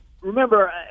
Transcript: remember